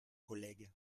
collègues